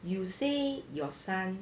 you say your son